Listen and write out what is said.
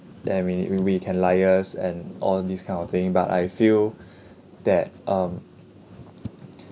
then we we we can liaise and all these kind of thing but I feel that um